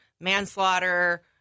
manslaughter